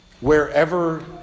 wherever